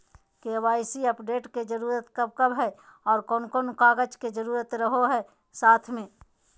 KYC update के जरूरत कब कब है और कौन कौन कागज के जरूरत रहो है साथ में?